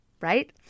right